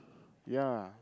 ya